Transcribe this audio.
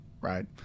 right